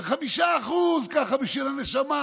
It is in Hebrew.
ו-5% ככה, בשביל הנשמה,